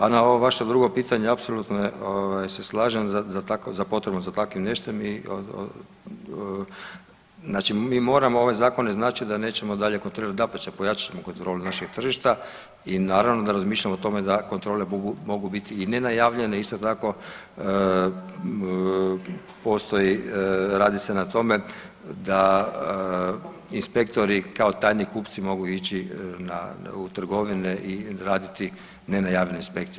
A na ovo vaše drugo pitanje apsolutno je ovaj se slažem za tako, za potrebom za takvim nešto i znači mi moramo ove zakone, znači da nećemo dalje kontrolirat, dapače pojačat ćemo kontrolu našeg tržišta i naravno da razmišljamo o tome da kontrole mogu biti i nenajavljene isto tako postoji, radi se na tome da inspektori kao tajni kupci mogu ići u trgovine i raditi nenajavljene inspekcije.